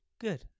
Good